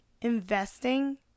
investing